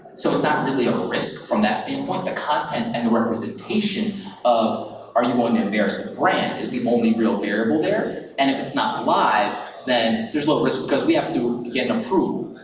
so it's not really a risk from that standpoint. the content and representation of, are you going to embarrass the brand, is the only real variable there, and if it's not live, then there's no risk, because we have to get an approval.